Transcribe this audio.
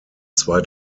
zwei